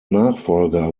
nachfolger